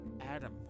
Adam